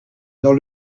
dans